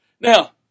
Now